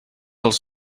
als